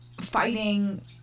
fighting